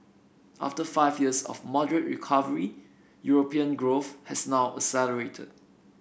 after five years of moderate recovery European growth has now accelerated